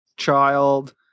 child